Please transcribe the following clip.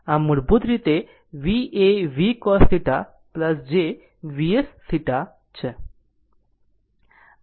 આમ મૂળભૂત રીતે v એ Vv cos θ j Vs θ છે